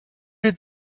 did